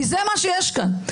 כי זה מה שיש כאן.